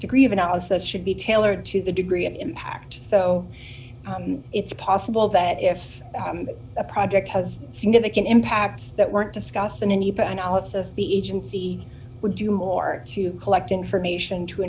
degree of analysis should be tailored to the degree of impact so it's possible that if a project has significant impacts that weren't discussed and anybody analysis the agency would do more to collect information to